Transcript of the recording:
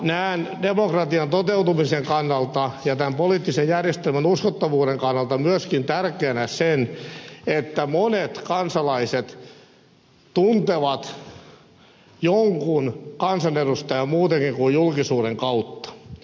näen demokratian toteutumisen kannalta ja poliittisen järjestelmän uskottavuuden kannalta tärkeänä myöskin sen että monet kansalaiset tuntevat jonkun kansanedustajan muutenkin kuin julkisuuden kautta